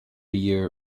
year